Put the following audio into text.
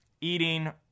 eating